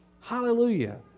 Hallelujah